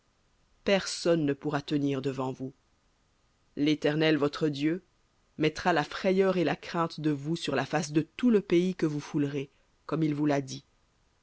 personne ne pourra tenir devant vous l'éternel votre dieu mettra la frayeur et la crainte de vous sur la face de tout le pays que vous foulerez comme il vous l'a dit